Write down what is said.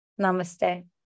Namaste